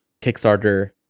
Kickstarter